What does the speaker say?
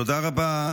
תודה רבה.